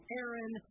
Aaron